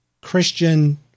Christian